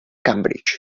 cambridge